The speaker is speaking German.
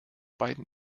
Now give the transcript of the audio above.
beiden